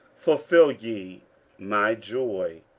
fulfil ye my joy,